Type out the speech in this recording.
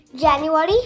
January